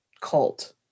cult